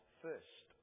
first